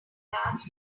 last